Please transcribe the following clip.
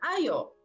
Ayo